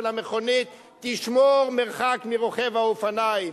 המכונית: תשמור מרחק מרוכב האופניים,